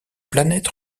planète